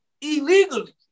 illegally